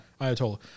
Ayatollah